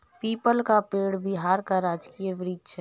people का पेड़ बिहार का राजकीय वृक्ष है